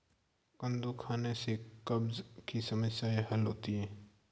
कद्दू खाने से कब्ज़ की समस्याए हल होती है